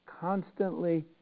constantly